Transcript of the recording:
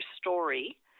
story